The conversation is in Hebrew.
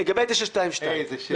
איזו שאלה.